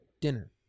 dinner